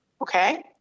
Okay